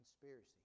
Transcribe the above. conspiracy